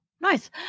Nice